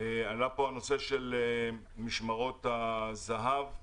עלה פה הנושא של משמרות הזה"ב,